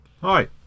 Hi